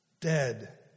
Dead